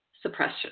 suppression